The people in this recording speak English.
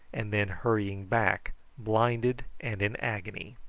and then hurrying back blinded and in agony.